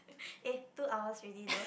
eh two hours already though